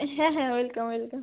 হ্যাঁ হ্যাঁ welcome welcome